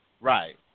Right